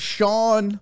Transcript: Sean